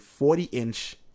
40-inch